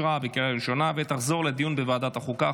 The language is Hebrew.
לוועדת החוקה,